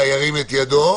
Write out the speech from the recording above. הרוויזיה, ירים את ידו.